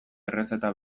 errezeta